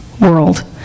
world